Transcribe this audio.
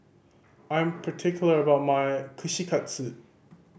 I'm particular about my Kushikatsu